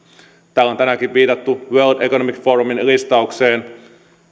täällä on tänäänkin viitattu world economic forumin listaukseen